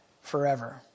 forever